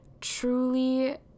truly